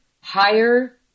higher